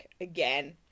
again